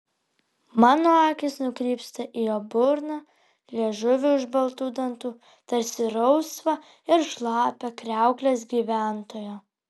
mano akys nukrypsta į jo burną liežuvį už baltų dantų tarsi rausvą ir šlapią kriauklės gyventoją